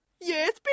Yes